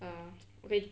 err okay